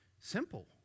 simple